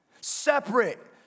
separate